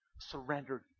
surrendered